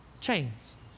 chains